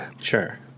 Sure